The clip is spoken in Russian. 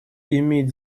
имеет